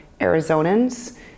Arizonans